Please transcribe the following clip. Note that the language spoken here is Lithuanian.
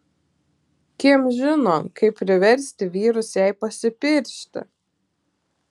kim žino kaip priversti vyrus jai pasipiršti